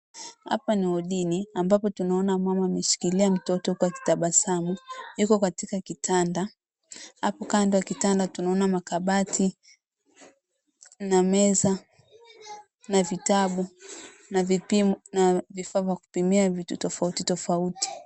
Hapa ni wodini ambapo tunaona mama ameshikilia mtoto huku akitabasamu. Yuko katika kitanda. Hapo kando ya kitanda tunaona makabati, meza, vitabu na vifaa vya kupimia vitu tofauti tofauti